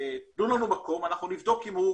תנו לנו מקום, אנחנו נבדוק אם הוא